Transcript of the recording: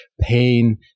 pain